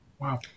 Wow